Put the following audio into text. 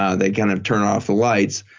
ah they kind of turn off the lights.